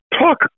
talk